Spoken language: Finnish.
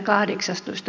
viranhaltija